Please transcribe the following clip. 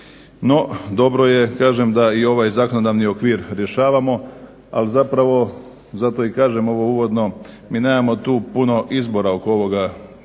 No, dobro je kažem da i ovaj zakonodavni okvir rješavamo. Ali zapravo zato i kažem ovo uvodno mi nemamo tu puno izbora oko ovoga paketa